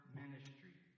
ministry